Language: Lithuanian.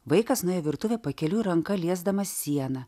vaikas nuėjo į virtuvę pakeliui ranka liesdamas sieną